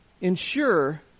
ensure